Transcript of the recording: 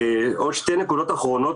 עוד שתי נקודות האחרונות,